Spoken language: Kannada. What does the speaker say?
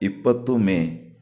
ಇಪ್ಪತ್ತು ಮೇ